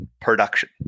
production